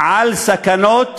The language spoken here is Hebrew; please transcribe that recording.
על סכנות